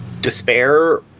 despair